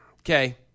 Okay